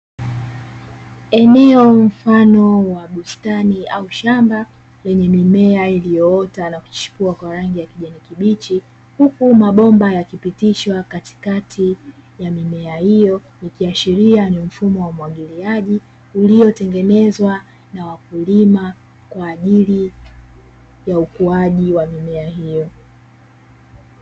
Eneo mfano wa bustani au shamba lenye mimea iliyoota na kuchipua kwa rangi ya kijani kibichi, huku mabomba yakipitishwa katikati ya mimea hiyo, ikiashiria ni mfumo wa umwagiliaji uliotengenezwa na wakulima kwa ajili ya ukuaji wa mimea hiyo.